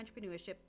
Entrepreneurship